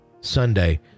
Sunday